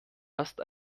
erst